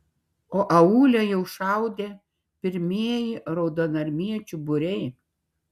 o aūle jau šaudė pirmieji raudonarmiečių būriai